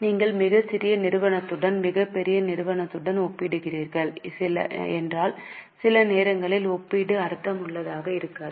நீங்கள் மிகச் சிறிய நிறுவனத்துடன் மிகப் பெரிய நிறுவனத்துடன் ஒப்பிடுகிறீர்கள் என்றால் சில நேரங்களில் ஒப்பீடு அர்த்தமுள்ளதாக இருக்காது